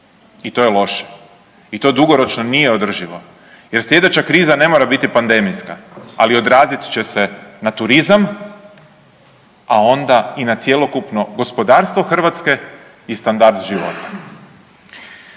I to je loše. I to dugoročno nije održivo jer slijedeća kriza ne mora biti pandemijska ali odrazit će se na turizam, a onda i na cjelokupno gospodarstvo Hrvatske i standard života.